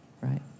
Right